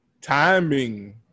Timing